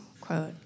quote